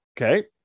Okay